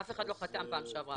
אף אחד לא חתם בפעם שעברה.